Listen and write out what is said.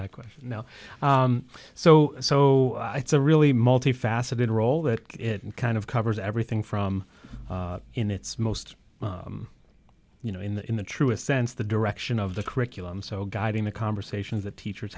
that question now so so it's a really multifaceted role that it kind of covers everything from in its most you know in the truest sense the direction of the curriculum so guiding the conversations that teachers